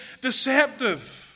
deceptive